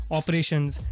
operations